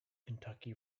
kentucky